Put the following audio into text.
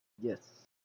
Yes